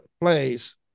place